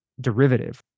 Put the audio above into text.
derivative